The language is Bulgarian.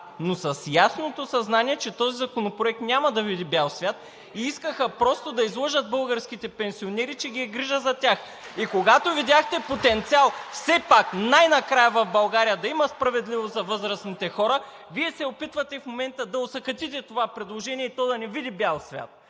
но с ясното съзнание, че този законопроект няма да види бял свят, и искаха просто да излъжат българските пенсионери, че ги е грижа за тях. (Ръкопляскания от „БСП за България“.) И когато видяхте потенциал все пак най-накрая в България да има справедливост за възрастните хора, Вие се опитвате в момента да осакатите това предложение и то да не види бял свят.